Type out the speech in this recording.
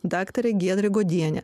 daktarė giedrė godienė